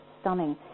stunning